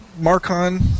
marcon